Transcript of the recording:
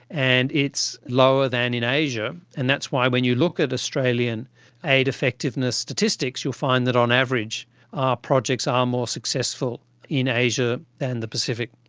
and it's lower than in asia, and that's why when you look at australian aid effectiveness statistics you'll find that on average our projects are more successful in asia than the pacific.